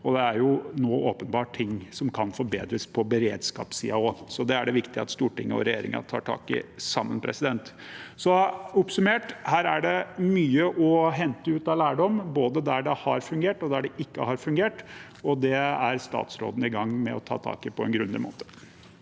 som ekstremværet “Hans” bedres også på beredskapssiden. Det er det viktig at Stortinget og regjeringen tar tak i sammen. Oppsummert: Her er det mye å hente av lærdom, både der det har fungert, og der det ikke har fungert, og det er statsråden i gang med å ta tak i på en grundig måte.